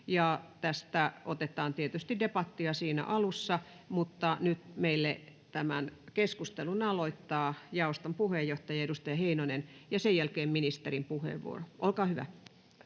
Tästä otetaan tietysti debattia alussa, mutta nyt tämän keskustelun aloittaa jaoston puheenjohtaja, edustaja Heinonen, ja sen jälkeen ministerin puheenvuoro. — Olkaa hyvä.